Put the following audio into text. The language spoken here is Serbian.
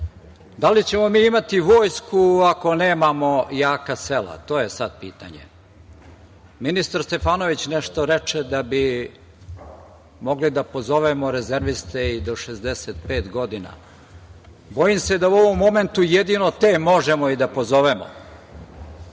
Da li ćemo mi imati Vojsku ako nemamo jaka sela? To je sada pitanje. Ministar Stefanović nešto reče da bi mogli da pozovemo rezerviste i do 65 godina. Bojim se da u ovom momentu jedino te možemo i da pozovemo.